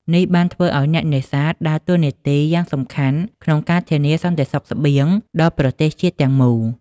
នេះបានធ្វើឲ្យអ្នកនេសាទដើរតួនាទីយ៉ាងសំខាន់ក្នុងការធានាសន្តិសុខស្បៀងដល់ប្រទេសជាតិទាំងមូល។